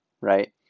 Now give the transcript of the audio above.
right